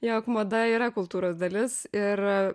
jog mada yra kultūros dalis ir